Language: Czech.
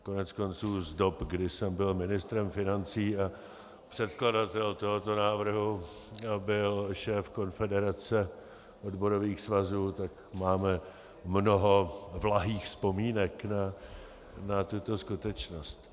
Koneckonců z dob, kdy jsem byl ministrem financí a předkladatel tohoto návrhu byl šéf Konfederace odborových svazů, máme mnoho vlahých vzpomínek na tuto skutečnost.